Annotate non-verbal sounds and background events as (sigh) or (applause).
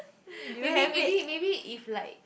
(noise) maybe maybe maybe maybe if like